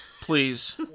please